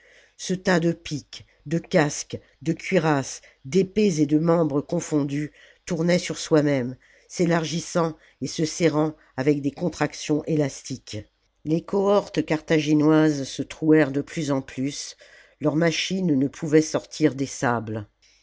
ce tas de piques de casques de cuirasses d'épées et de membres confondus tournait sur soi-même s'élargissant et se serrant avec des contractions élastiques les cohortes carthaginoises se trouèrent de plus en plus leurs machines ne pouvaient sortir des sables